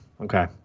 Okay